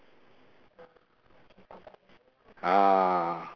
ah